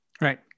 Right